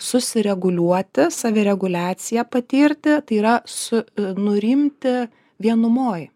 susireguliuoti savireguliaciją patirti tai yra su nurimti vienumoj